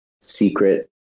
secret